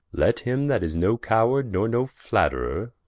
let him that is no coward, nor no flatterer,